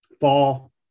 fall